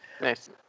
nice